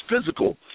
physical